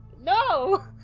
no